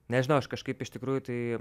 nežinau aš kažkaip iš tikrųjų tai